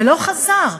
ולא חזר?